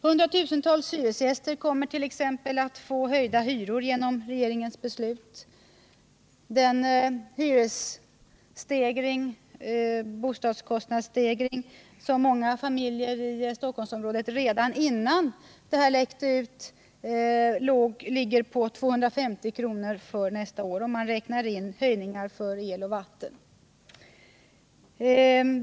Hundratusentals hyresgäster kommer t.ex. att få höjda hyror genom regeringens beslut. Den bostadskostnadsstegring som många familjer i Stockholmsområdet fått redan innan de nya uppgifterna läckte ut ligger på 250 kr. för nästa år, om man räknar in höjningar för el och vatten.